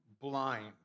blind